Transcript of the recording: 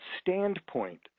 standpoint